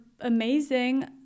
amazing